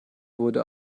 wurde